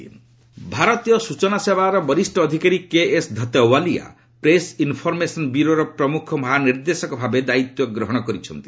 ପିଡିକି PIB ଭାରତୀୟ ସୂଚନା ସେବାର ବରିଷ୍ଣ ଅଧିକାରୀ K S Dhatwalia press information ବ୍ୟୁରୋର ପ୍ରମୁଖ ମହାନିର୍ଦ୍ଦେଶକଭାବେ ଦାୟିତ୍ୱ ଗ୍ରହଣ କରିଛନ୍ତି